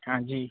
ہاں جی